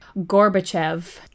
Gorbachev